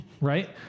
right